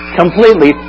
completely